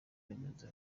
remezo